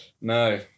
no